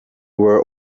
were